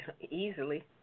Easily